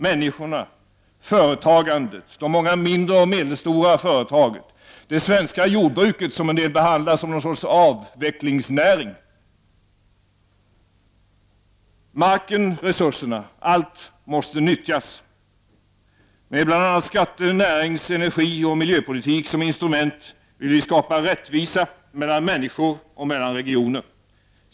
Människorna, företagandet, de många mindre och medelstora företagen, det svenska jordbruket — som en del behandlar som någon sorts avvecklingsnäring —, marken och resurserna — allt måste nyttjas. Med bl.a. skatte-, närings-, energioch miljöpolitik som instrument vill vi skapa rättvisa — mellan människor och mellan regioner.